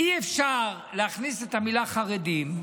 אי-אפשר להכניס את המילה "חרדים",